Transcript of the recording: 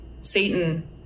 Satan